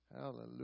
Hallelujah